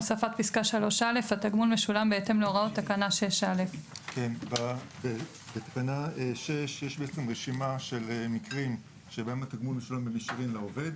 הוספת פסקה (3א) התגמול משול בהתאם להוראות תקנה 6א. בתקנה 6 יש רשימה של מקרים שבהם התגמול משולם במישרין לעובד.